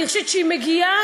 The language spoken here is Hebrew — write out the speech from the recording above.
אני חושבת שכשהיא מגיעה,